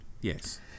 Yes